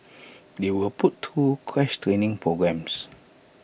they were put through crash training programmes